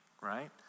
right